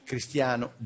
Cristiano